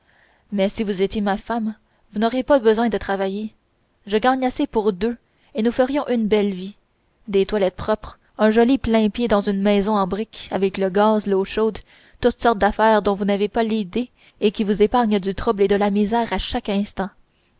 mais si vous étiez ma femme vous n'auriez pas besoin de travailler je gagne assez pour deux et nous ferions une belle vie des toilettes propres un joli plain-pied dans une maison de briques avec le gaz l'eau chaude toutes sortes d'affaires dont vous n'avez pas l'idée et qui vous épargnent du trouble et de la misère à chaque instant